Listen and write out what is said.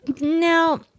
Now